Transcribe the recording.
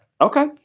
Okay